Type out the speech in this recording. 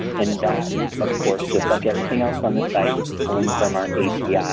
and that of course just like everything else on the site is pulling from our api.